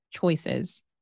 choices